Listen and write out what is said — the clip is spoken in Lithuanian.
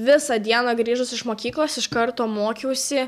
visą dieną grįžus iš mokyklos iš karto mokiausi